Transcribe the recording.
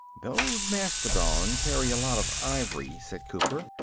those mastodon carry a lot of ivory, said cooper.